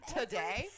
today